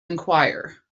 inquire